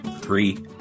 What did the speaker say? three